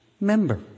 Member